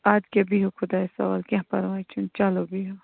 اَدٕ کیٛاہ بِہِو خۄدایَس حوال کیٚںٛہہ پَرواے چھُنہٕ چلو بِہِو